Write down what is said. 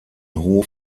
hof